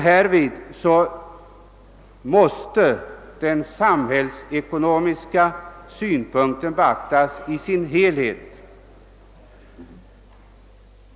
Härvid måste de samhällsekonomiska synpunkterna beaktas i sin helhet.